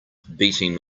beating